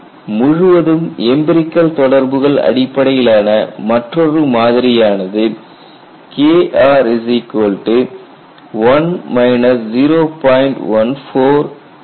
முழுவதும் எம்பிரிகல் தொடர்புகள் அடிப்படையிலான மற்றொரு மாதிரியானது Kr1 0